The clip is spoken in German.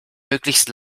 möglichst